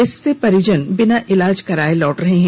इससे परिजन बिना इलाज कराये लौट रहे हैं